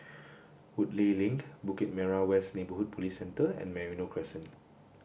Woodleigh Link Bukit Merah West Neighbourhood Police Centre and Merino Crescent